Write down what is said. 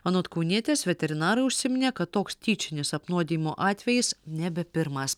anot kaunietės veterinarai užsiminė kad toks tyčinis apnuodijimo atvejis nebe pirmas